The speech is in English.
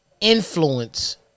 influence